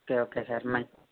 ఒకే okay sir మం